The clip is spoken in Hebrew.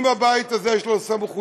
אם הבית הזה יש לו סמכויות